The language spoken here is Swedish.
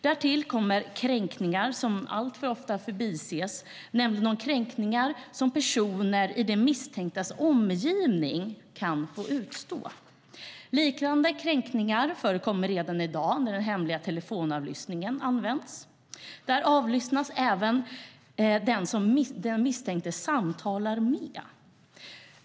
Därtill kommer kränkningar som alltför ofta förbises, nämligen de kränkningar som personer i de misstänktas omgivning kan få utstå. Liknande kränkningar förekommer redan i dag när hemlig telefonavlyssning används. Där avlyssnas även den som den misstänkte samtalar med.